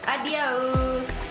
adios